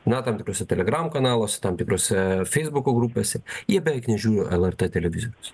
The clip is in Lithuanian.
na tam tikruose telegramų kanaluose tam tikrose feisbuko grupėse jie beveik nežiūri lrt televizijos